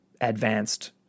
advanced